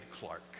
Clark